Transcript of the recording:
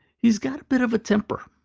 he's got a bit of a temper,